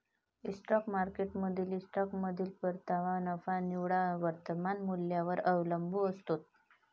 stock मार्केटमधील स्टॉकमधील परतावा नफा निव्वळ वर्तमान मूल्यावर अवलंबून असतो